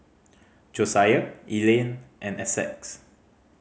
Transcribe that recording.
Josiah Elaine and Essex